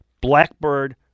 Blackbird